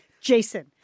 Jason